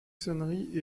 sonneries